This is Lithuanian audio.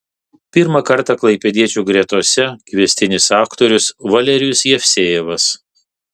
pirmą kartą klaipėdiečių gretose kviestinis aktorius valerijus jevsejevas